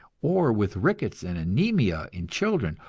or with rickets and anaemia in children,